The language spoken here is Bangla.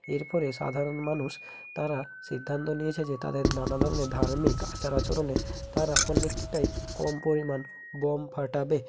এরপরে সাধারণ মানুষ তারা সিদ্ধান্ত নিয়েছে যে তাদের নানা ধরনের ধার্মিক আচার আচরণে তারা অনেকটাই কম পরিমাণ বোম ফাটাবে